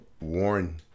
warn